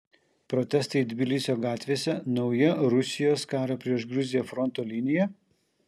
protestai tbilisio gatvėse nauja rusijos karo prieš gruziją fronto linija